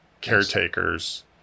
caretakers